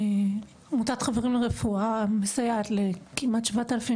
עמותת "חברים לרפואה" מסייעת לכמעט 7,000